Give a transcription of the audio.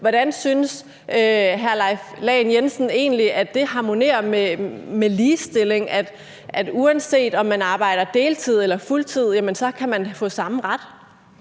Jensen egentlig at det harmonerer med ligestilling, at uanset om man arbejder på deltid eller på fuldtid, kan man få samme ret?